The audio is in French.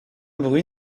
bruit